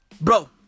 Bro